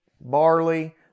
barley